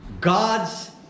God's